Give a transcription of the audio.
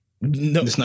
No